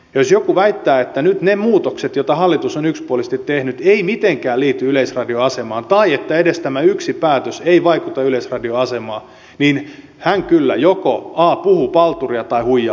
jos joku väittää että nyt ne muutokset joita hallitus on yksipuolisesti tehnyt eivät mitenkään liity yleisradion asemaan tai että edes tämä yksi päätös ei vaikuta yleisradion asemaan niin hän kyllä joko puhuu palturia tai huijaa itseään